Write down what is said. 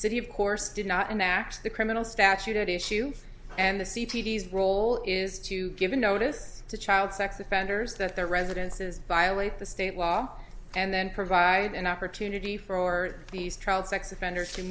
city of course did not enact the criminal statute at issue and the c p s role is to give a notice to child sex offenders that their residences violate the state law and then provide an opportunity for these